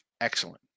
excellent